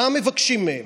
מה מבקשים מהם?